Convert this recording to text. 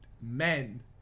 men